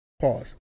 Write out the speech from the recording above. Pause